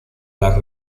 las